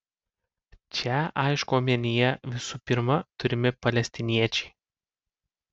čia aišku omenyje visų pirma turimi palestiniečiai